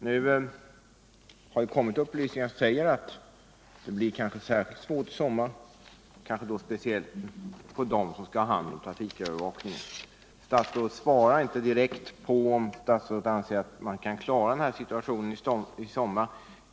Nu har det kommit upplysningar som säger att det kanske blir ännu svårare i sommar, speciellt när det gäller personal för trafikövervakningen. Statsrådet svarar inte direkt på om han anser att man kan klara situationen i sommar.